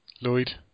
Lloyd